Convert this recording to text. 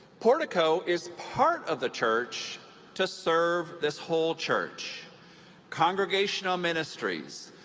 portico is part of the church to serve this whole church congregational ministries,